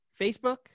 Facebook